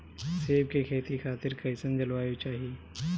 सेब के खेती खातिर कइसन जलवायु चाही?